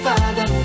Father